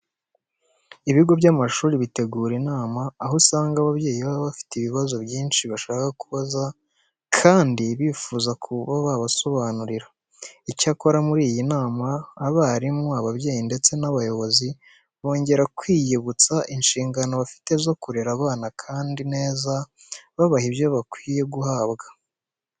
Ibigo by'amashuri bitegura inama aho usanga ababyeyi baba bafite ibibazo byinshi bashaka kubaza kandi bifuza ko babasobanurira. Icyakora muri iyi nama abarimu, ababyeyi ndetse n'abayobozi bongera kwiyibutsa inshingano bafite zo kurera abana kandi neza babaha ibyo bakwiye guhabwa.